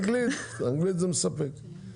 אנגלית זה מספק.